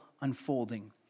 unfolding